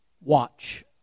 watch